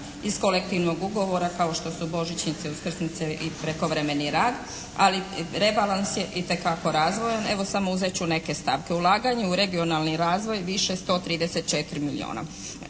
iz kolektivnog ugovora kao što su božićnice, uskrsnice i prekovremeni rad. Ali rebalans je itekako razvojan. Evo samo uzet ću neke stavke. Ulaganje u regionalni razvoj više 134 milijuna